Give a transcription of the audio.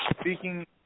Speaking